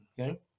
okay